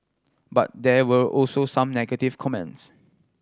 but there were also some negative comments